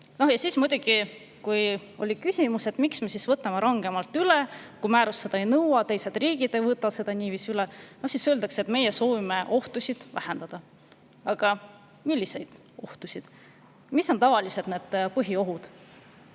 neid läbi. Kui [tekkis] küsimus, miks me võtame üle rangemalt, kui määrus seda ei nõua, teised riigid ei võta seda niiviisi üle, siis öeldi, et meie soovime ohtusid vähendada. Aga milliseid ohtusid? Mis on tavaliselt need põhiohud?